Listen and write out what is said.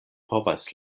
povas